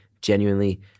genuinely